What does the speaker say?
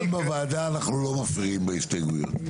כאן בוועדה אנחנו לא מפריעים בהסתייגויות.